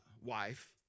wife